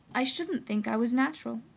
i shouldn't think i was natural.